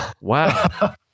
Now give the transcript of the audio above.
Wow